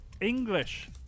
English